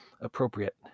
appropriate